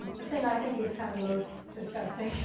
the thing i think is kind of most disgusting,